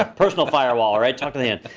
ah personal firewall, right, talk to the hand.